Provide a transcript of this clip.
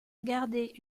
gardé